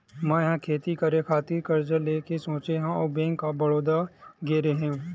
मै ह खेती करे खातिर करजा लेय के सोचेंव अउ बेंक ऑफ बड़ौदा गेव रेहेव